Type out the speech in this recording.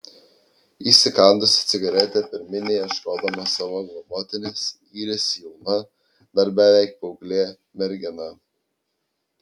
įsikandusi cigaretę per minią ieškodama savo globotinės yrėsi jauna dar beveik paauglė mergina